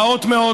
רעות מאוד,